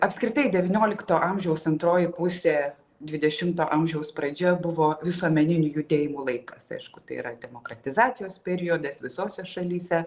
apskritai devyniolikto amžiaus antroji pusė dvidešimto amžiaus pradžia buvo visuomeninių judėjimų laikas aišku tai yra demokratizacijos periodas visose šalyse